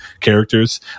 characters